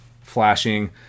flashing